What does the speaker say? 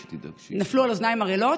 זה נפל על אוזניים ערלות,